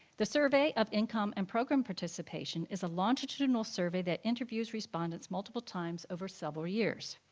the survey of income and program participation is a longitudinal survey that interviews respondents multiple times over several years.